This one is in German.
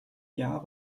jahr